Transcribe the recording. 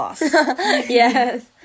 Yes